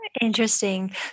Interesting